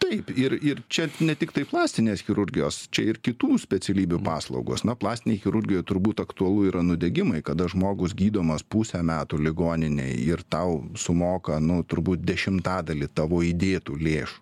taip ir ir čia ne tiktai plastinės chirurgijos čia ir kitų specialybių paslaugos na plastinėj chirurgijoj turbūt aktualu yra nudegimai kada žmogus gydomas pusę metų ligoninėj ir tau sumoka nu turbūt dešimtadalį tavo įdėtų lėšų